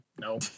No